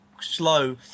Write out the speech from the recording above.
slow